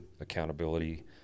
accountability